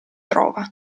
trova